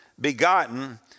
begotten